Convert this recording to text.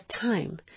time